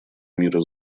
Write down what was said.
мира